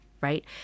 right